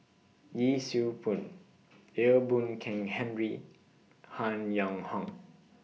Yee Siew Pun Ee Boon Kong Henry Han Yong Hong